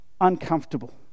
uncomfortable